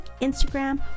Instagram